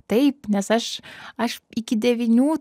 taip nes aš aš iki devynių